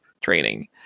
training